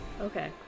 Okay